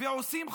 ועושים חוק,